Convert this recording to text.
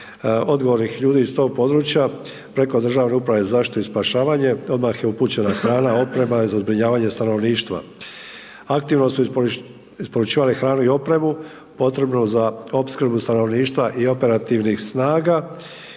odgovornih ljudi iz tog područja. Preko Državne uprave za zaštitu i spašavanje odmah je upućena hrana, oprema i za zbrinjavanje stanovništva. Aktivno su isporučivale hranu i opremu potrebnu za opskrbu stanovništva i operativnih snaga